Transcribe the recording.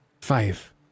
Five